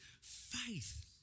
faith